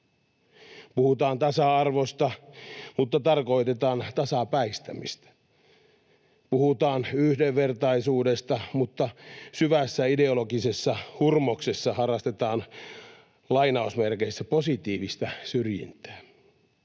Puhutaan tasa-arvosta, mutta tarkoitetaan tasapäistämistä. Puhutaan yhdenvertaisuudesta, mutta syvässä ideologisessa hurmoksessa harrastetaan ”positiivista syrjintää”.